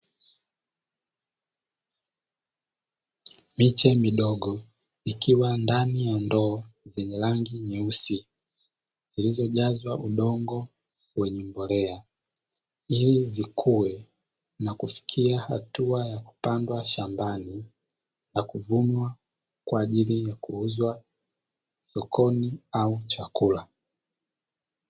Miche midogo ikiwa ndani ya ndoo zenye rangi nyeusi, zilizojazwa udongo wenye mbolea ili zikue na kufikia hatua ya kupandwa shambani na kuvunwa, kwa ajili ya kuuzwa sokoni au chakula.